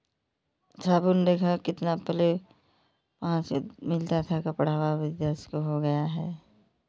साबुन देखा कितना पहले वहाँ से मिलता था कपड़ा वहाँ भी दस का हो गया है